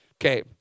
Okay